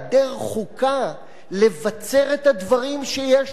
לבצר את הדברים שיש לנו עליהם קונסנזוס.